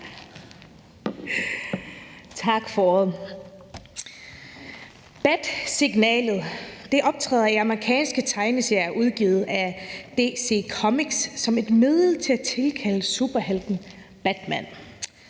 Tak for ordet. Batsignalet optræder i amerikanske tegneserier udgivet af DC Comics som et middel til at tilkalde superhelten Batman.